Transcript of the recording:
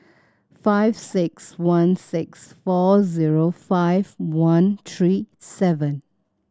five six one six four zero five one three seven